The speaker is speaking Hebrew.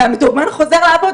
והמתורגמן חוזר לעבוד.